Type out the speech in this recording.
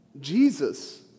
Jesus